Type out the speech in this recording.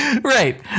Right